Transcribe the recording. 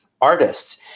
artists